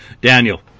Daniel